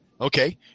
Okay